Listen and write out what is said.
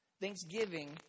Thanksgiving